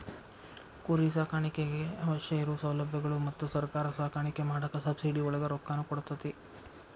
ಕುರಿ ಸಾಕಾಣಿಕೆಗೆ ಅವಶ್ಯ ಇರು ಸೌಲಬ್ಯಗಳು ಮತ್ತ ಸರ್ಕಾರಾ ಸಾಕಾಣಿಕೆ ಮಾಡಾಕ ಸಬ್ಸಿಡಿ ಒಳಗ ರೊಕ್ಕಾನು ಕೊಡತತಿ